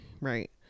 right